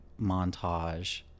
montage